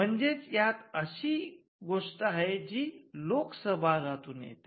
म्हणजेच यात अशी गोष्ट आहे जी लोक सहभागातून येते